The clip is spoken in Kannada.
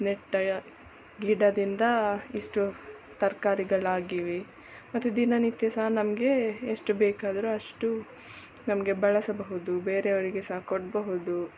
ನೆಟ್ಟ ಗಿಡದಿಂದ ಇಷ್ಟು ತರಕಾರಿಗಳಾಗಿವೆ ಮತ್ತೆ ದಿನನಿತ್ಯ ಸಹ ನಮಗೆ ಎಷ್ಟು ಬೇಕಾದರೂ ಅಷ್ಟು ನಮಗೆ ಬಳಸಬಹುದು ಬೇರೆಯವರಿಗೆ ಸಹ ಕೊಡಬಹುದು